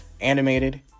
animated